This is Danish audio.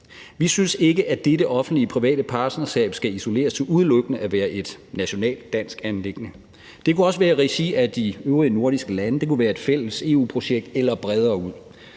Vi synes ikke, at dette offentlig-private partnerskab skal isoleres til udelukkende at være et nationalt dansk anliggende. Det kunne også være i regi af de øvrige nordiske lande, det kunne være et fælles EU-projekt, eller det